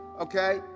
okay